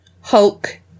Hulk